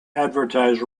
advertise